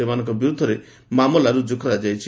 ସେମାନଙ୍କ ବିରୁଦ୍ଧରେ ମାମଲା ମଧ୍ଧ ରୁଜୁ କରାଯାଇଛି